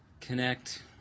connect